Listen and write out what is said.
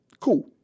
cool